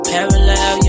Parallel